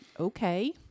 Okay